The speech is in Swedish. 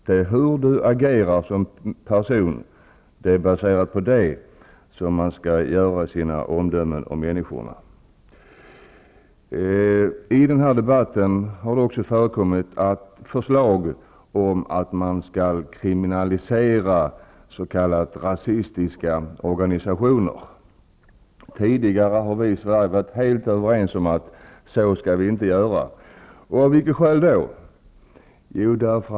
Omdömen om människor skall basera sig på hur de agerar som personer. I denna debatt har det också förekommit förslag om att man skall kriminalisera s.k. rasistiska organisationer. Tidigare har vi i Sverige varit helt överens om att vi inte skall göra så. Vilket var skälet?